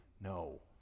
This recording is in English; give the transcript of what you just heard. No